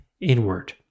inward